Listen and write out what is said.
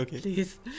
please